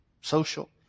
social